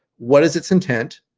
what is its intent?